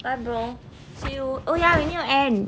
bye bro see you oh ya we need to end